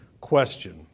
question